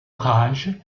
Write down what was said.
rage